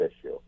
issue